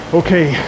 okay